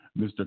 Mr